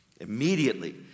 Immediately